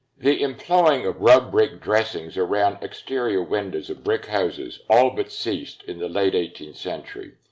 the employing of rubbed brick dressings around exterior windows of brick houses all but ceased in the late eighteenth century.